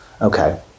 Okay